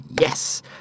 yes